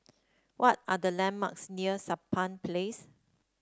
what are the landmarks near Sampan Place